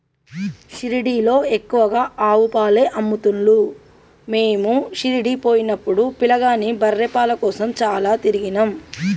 షిరిడీలో ఎక్కువగా ఆవు పాలే అమ్ముతున్లు మీము షిరిడీ పోయినపుడు పిలగాని బర్రె పాల కోసం చాల తిరిగినం